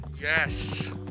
Yes